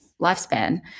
lifespan